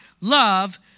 love